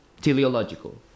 teleological